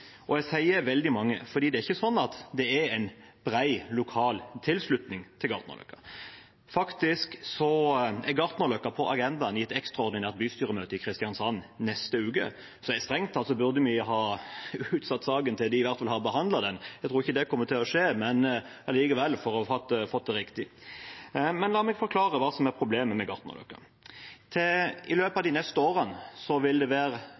Og jeg sier veldig mange, for det er ikke sånn at det er en bred lokal tilslutning til Gartnerløkka. Faktisk er Gartnerløkka på agendaen i et ekstraordinært bystyremøte i Kristiansand neste uke. Strengt tatt burde vi ha utsatt saken til de har behandlet den. Jeg tror ikke det kommer til å skje, men vi burde det for å få det riktig. La meg forklare hva som er problemet med Gartnerløkka: I løpet av de neste årene vil det